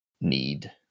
need